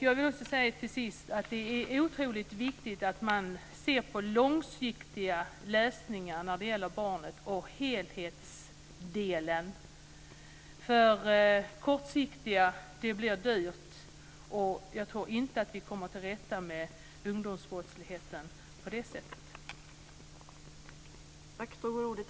Jag vill också till sist säga att det är otroligt viktigt att man ser till långsiktiga lösningar när det gäller barnen och helheten. Kortsiktiga lösningar blir dyrt. Jag tror inte att vi kommer till rätta med ungdomsbrottsligheten på det sättet.